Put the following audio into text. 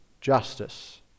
justice